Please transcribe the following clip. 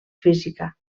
física